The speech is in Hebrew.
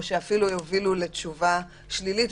או שאפילו יובילו לתשובה שלילית,